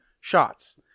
shots